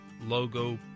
logo